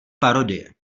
parodie